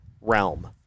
realm